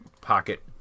pocket